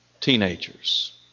teenagers